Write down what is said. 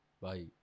bye